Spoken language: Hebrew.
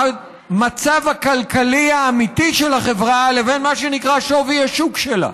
המצב הכלכלי האמיתי של החברה לבין מה שנקרא שווי השוק שלה.